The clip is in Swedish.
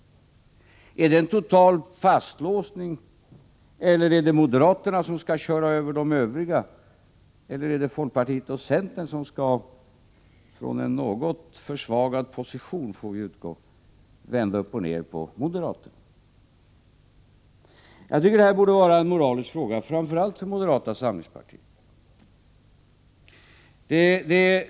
Är det en total fastlåsning, eller skall moderaterna köra över de övriga, eller är det folkpartiet och centern som — från en något försvagad position, får man utgå ifrån — skall vända upp och ned på moderaterna? Jag tycker att detta borde vara en moralisk fråga, framför allt för moderata samlingspartiet.